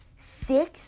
six